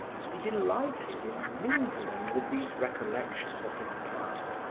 he delighted in mingling with these recollections of his past,